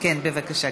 בבקשה,